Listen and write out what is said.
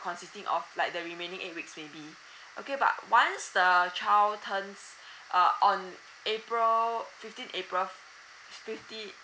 consisting of like the remaining eight weeks maybe okay but once the child turns uh on april fifteen april fif~ fifteen